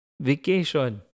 vacation